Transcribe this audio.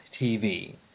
TV